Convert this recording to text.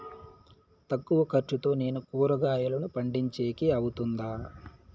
తక్కువ ఖర్చుతో నేను కూరగాయలను పండించేకి అవుతుందా?